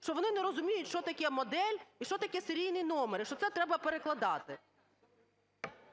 що вони не розуміють, що таке модель і що таке серійний номер, і що, це треба перекладати?